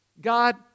God